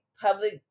public